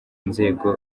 inzego